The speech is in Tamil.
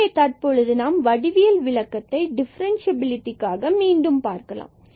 எனவே தற்பொழுது நாம் வடிவியல் விளக்கத்தை டிஃபரன்ஸ்சியபிலிடிஆக மீண்டும் பார்க்கலாம்